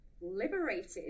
liberated